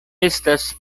estas